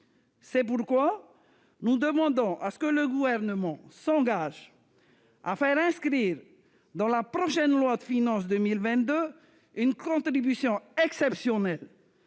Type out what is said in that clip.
Karoutchi -nous demandons que le Gouvernement s'engage à faire inscrire dans la prochaine loi de finances pour 2022 une contribution exceptionnelle